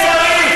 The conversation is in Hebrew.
תודה, אדוני.